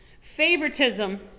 favoritism